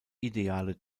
ideale